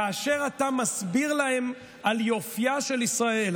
כאשר אתה מסביר להם על יופייה של ישראל,